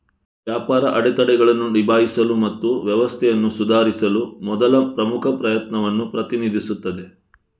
ವ್ಯಾಪಾರ ಅಡೆತಡೆಗಳನ್ನು ನಿಭಾಯಿಸಲು ಮತ್ತು ವ್ಯವಸ್ಥೆಯನ್ನು ಸುಧಾರಿಸಲು ಮೊದಲ ಪ್ರಮುಖ ಪ್ರಯತ್ನವನ್ನು ಪ್ರತಿನಿಧಿಸುತ್ತದೆ